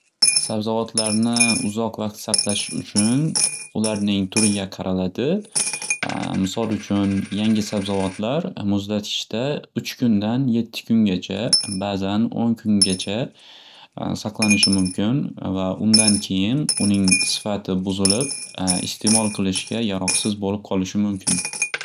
Sabzavotlarni uzoq vaq saqlash uchun ularning turiga qaraladi misol uchun yangi sabzavotlar muzlatgichda uch kundan yetti kungacha ba'zan o'n kungacha saqlanishi mumkin va undan keyin uning sifati buzilib iste'mol qilishga yaroqsiz bo'lib qolishi mumkin.